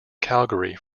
calgary